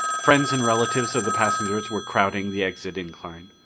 friends and relatives of the passengers were crowding the exit incline.